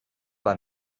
bei